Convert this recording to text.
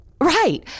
right